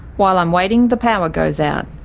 while i'm waiting, the power goes out.